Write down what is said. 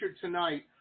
tonight